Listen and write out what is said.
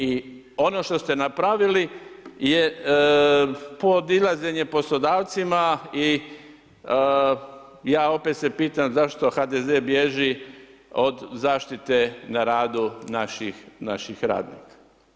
I ono što ste napravili je podilazenje poslodavcima i ja opet se pitam zašto HDZ bježi od zaštite na radu naših radnika?